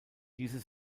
diese